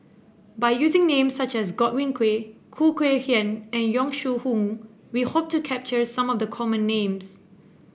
by using names such as Godwin Koay Khoo Kay Hian and Yong Shu Hoong we hope to capture some of the common names